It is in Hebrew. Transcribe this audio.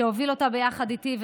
שהוביל אותה ביחד איתי,